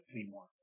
anymore